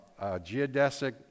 geodesic